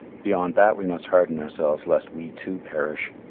beyond that we must harden ourselves lest we too perish.